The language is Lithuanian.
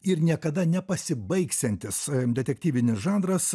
ir niekada ne pasibaigsiantis detektyvinis žanras